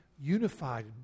unified